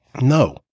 No